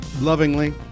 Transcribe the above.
Lovingly